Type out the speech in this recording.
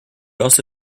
also